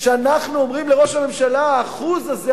כשאנחנו אומרים לראש הממשלה: האחוז הזה,